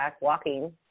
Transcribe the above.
walking